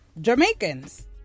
Jamaicans